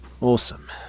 Awesome